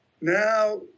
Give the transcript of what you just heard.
Now